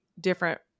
different